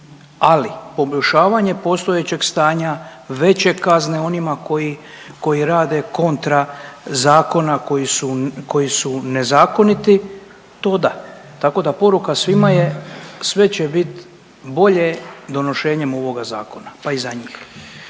ali poboljšavanje postojećeg stanja, veće kazne onima koji, koji rade kontra zakona, koji su, koji su nezakoniti to da, tako da poruka svima je sve će bit bolje donošenjem ovoga zakona, pa i za njih.